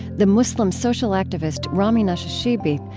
the muslim social activist rami nashashibi,